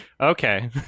Okay